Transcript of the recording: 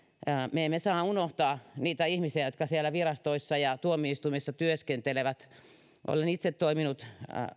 me emme saa unohtaa niitä ihmisiä jotka siellä virastoissa ja tuomioistuimissa työskentelevät olen itse toiminut